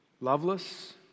loveless